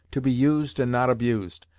to be used and not abused,